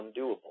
undoable